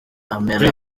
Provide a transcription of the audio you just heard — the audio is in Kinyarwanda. amera